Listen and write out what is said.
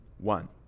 One